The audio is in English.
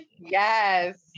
Yes